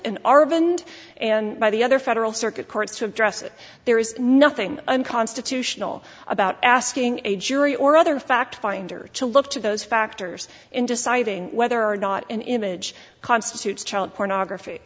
aravind and by the other federal circuit courts to address it there is nothing unconstitutional about asking a jury or other fact finder to look to those factors in deciding whether or not an image constitutes child pornography